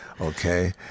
Okay